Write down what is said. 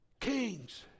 Kings